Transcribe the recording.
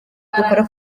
dukora